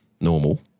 normal